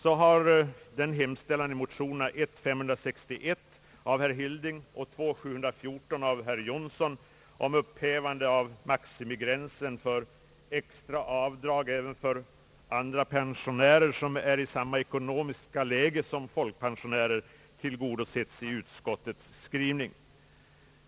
Så har t.ex. den hemställan i motionerna I: 561 av herr Hilding och II: 714 av herr Jonsson och herr Jönsson i Ingemarsgården om upphävandet av maximigränsen för extra avdrag även för andra pensionärer som är i samma ekonomiska läge som folkpensionärer tillgodosetts i utskottets. skrivning.